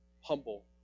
Humble